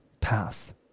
pass